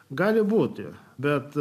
gali būti bet